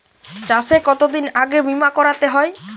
চাষে কতদিন আগে বিমা করাতে হয়?